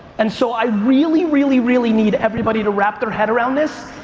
and so i really, really, really need everybody to wrap their head around this.